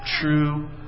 true